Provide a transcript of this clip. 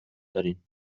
دارین